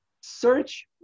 search